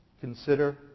Consider